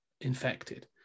infected